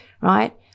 right